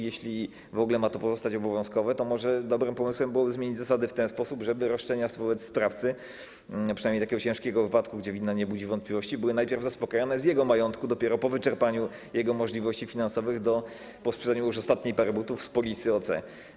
Jeśli w ogóle ma to pozostać obowiązkowe, to może dobrym pomysłem byłoby zmienić zasady w tej sposób, żeby roszczenia wobec sprawcy, przynajmniej ciężkiego wypadku, gdzie wina nie budzi wątpliwości, były najpierw zaspokajane z jego majątku, a dopiero po wyczerpaniu jego możliwości finansowych, po sprzedaniu już ostatniej pary butów, z polisy OC.